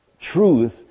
truth